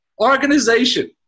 Organization